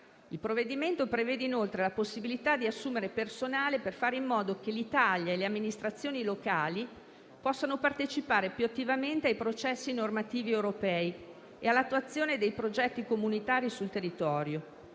Il provvedimento prevede inoltre la possibilità di assumere personale per fare in modo che l'Italia e le amministrazioni locali possano partecipare più attivamente ai processi normativi europei e all'attuazione dei progetti comunitari sul territorio.